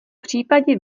případě